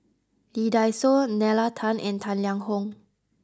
Lee Dai Soh Nalla Tan and Tang Liang Hong